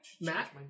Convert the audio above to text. Matt